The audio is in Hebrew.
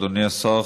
אדוני השר,